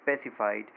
specified